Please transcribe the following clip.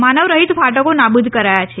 માનવ રહિત ફાટકો નાબૂદ કરાયા છે